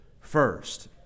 first